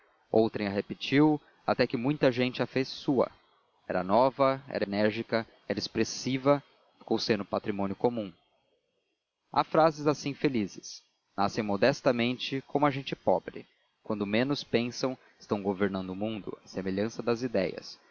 a repetiu até que muita gente a fez sua era nova era enérgica era expressiva ficou sendo patrimônio comum há frases assim felizes nascem modestamente como a gente pobre quando menos pensam estão governando o mundo à semelhança das ideias